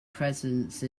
presence